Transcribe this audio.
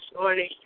morning